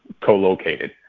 co-located